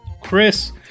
Chris